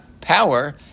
power